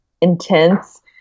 intense